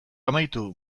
amaitu